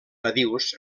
badius